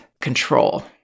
control